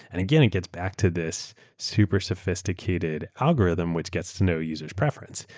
and again, it gets back to this super sophisticated algorithm which gets to know usersaeur preference.